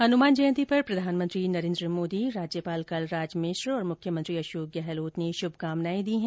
हनुमान जयंती पर प्रधानमंत्री नरेन्द्र मोदी राज्यपाल कलराज मिश्र और मुख्यमंत्री अशोक गहलोत ने शुभकामनाए दी हैं